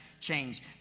change